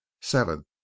seventh